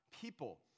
people